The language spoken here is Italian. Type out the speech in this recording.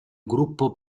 gruppo